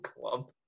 club